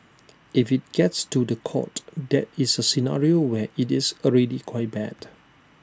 if IT gets to The Court that is A scenario where IT is already quite bad